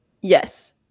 Yes